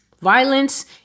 Violence